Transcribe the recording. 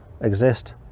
exist